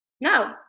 No